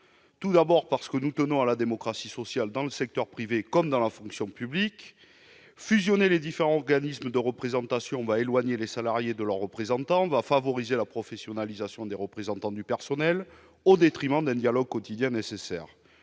Première raison : nous tenons à la démocratie sociale, dans le secteur privé comme dans la fonction publique, et fusionner les différents organes de représentation éloignerait les salariés de leurs représentants et favoriserait la professionnalisation de ceux-ci au détriment d'un dialogue quotidien nécessaire.